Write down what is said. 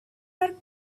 are